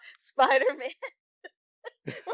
Spider-Man